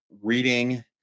reading